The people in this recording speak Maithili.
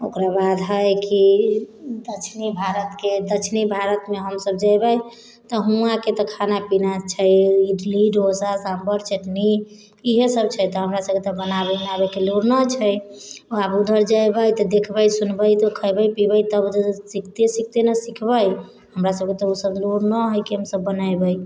ओकराबाद है की दक्षिणी भारतके दक्षिणी भारतमे हमसब जेबै तऽ हुवाँके तऽ खाना पीना छै इडली डोसा साम्भर चटनी ईहे सब छै तऽ हमरासबके तऽ बनाबे उनाबेके लूर नहि छै आब उधर जैबै तऽ देखबै सुनबै तऽ खैबै पिबै तब सिखते सिखते ने सिखबै हमरासबके तऽ उसब लूर नहि है की हमसब बनेबै